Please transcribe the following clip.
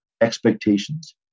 expectations